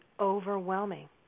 overwhelming